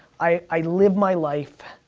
i live my life